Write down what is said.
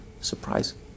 surprising